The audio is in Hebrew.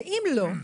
ואם לא,